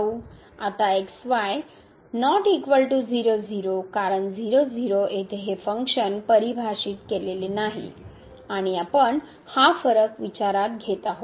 आता कारण 0 0 येथे हे फंक्शन परिभाषित केलेले नाही आणि आपण हा फरक विचारात घेत आहोत